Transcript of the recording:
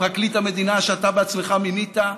פרקליט המדינה שאתה בעצמך מינית,